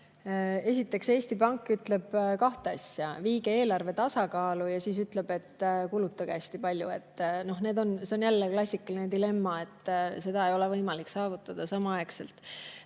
Esiteks, Eesti Pank ütleb kahte asja: viige eelarve tasakaalu ja kulutage hästi palju. See on jälle klassikaline dilemma, seda ei ole võimalik saavutada samaaegselt.